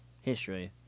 history